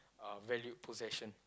uh valued possession